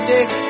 Dick